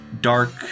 dark